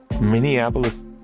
Minneapolis